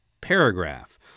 paragraph